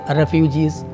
refugees